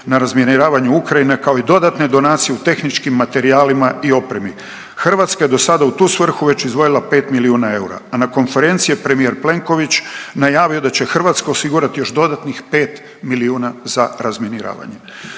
na razminiravanju Ukrajine kao i dodatne donacije u tehničkim materijalima i opremi. Hrvatska do sada u tu svrhu je već izdvojila 5 milijuna eura, a na konferenciji je premijer Plenković najavio da će Hrvatska osigurati još dodatnih 5 milijuna za razminiravanje.